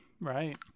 Right